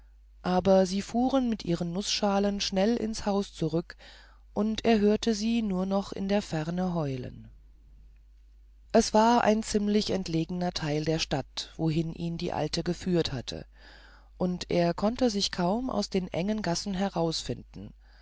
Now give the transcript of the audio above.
aber sie fuhren auf ihren nußschalen schnell ins haus zurück und er hörte sie nur noch in der ferne heulen es war ein ziemlich entlegener teil der stadt wohin ihn die alte geführt hatte und er konnte sich kaum aus den engen gassen herausfinden